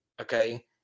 okay